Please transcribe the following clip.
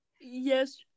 Yes